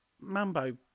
Mambo